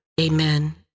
Amen